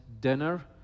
dinner